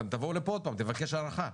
אתם תבואו לפה עוד פעם לבקש הארכה.